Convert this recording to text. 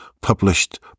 published